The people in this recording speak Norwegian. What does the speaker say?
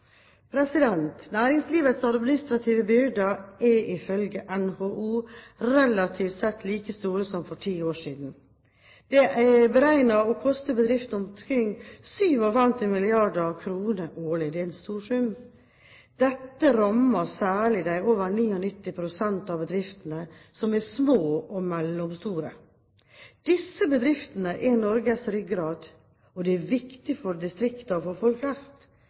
Næringslivets administrative byrder er ifølge NHO relativt sett like store som for ti år siden. De er beregnet å koste bedriftene omkring 57 mrd. kr årlig. Det er en stor sum. Dette rammer særlig de over 99 pst. av bedriftene som er små eller mellomstore. Disse bedriftene er Norges ryggrad. De er viktige for distriktene og for folk flest. Det er viktig